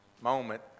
moment